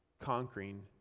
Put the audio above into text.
conquering